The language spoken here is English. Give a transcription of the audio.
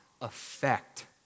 effect